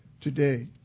today